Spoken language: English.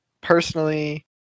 personally